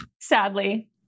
Sadly